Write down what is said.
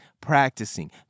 practicing